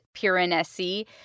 Piranesi